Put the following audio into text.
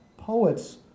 Poets